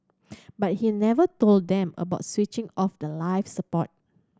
but he never told them about switching off the life support